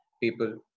people